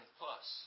plus